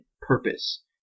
purpose